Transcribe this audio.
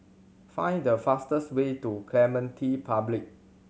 find the fastest way to Clementi Public